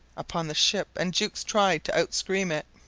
upon the ship, and jukes tried to outscream it.